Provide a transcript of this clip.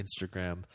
Instagram